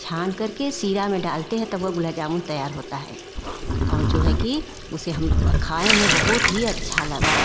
छान करके सिरा में डालते हैं तब वह गुलाब जामुन तैयार होता है और जो है कि उसे हम खाएँ में बहुत ही अच्छा लगा